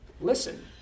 listen